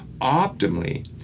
optimally